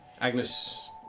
Agnes